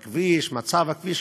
הכביש, מצב הכביש.